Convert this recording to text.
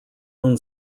own